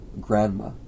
Grandma